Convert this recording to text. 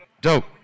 Dope